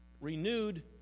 renewed